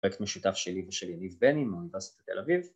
‫פרק משותף שלי ושל יניב בני ‫מאוניברסיטת תל אביב.